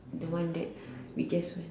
the one that we just